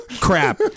Crap